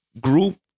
group